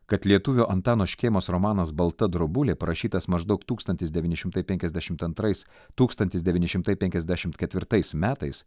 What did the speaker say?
kad lietuvio antano škėmos romanas balta drobulė parašytas maždaug tūkstantis devyni šimtai penkiasdešimt antrais tūkstantis devyni šimtai penkiasdešimt ketvirtais metais